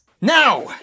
Now